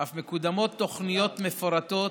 אף מקודמות תוכניות מפורטות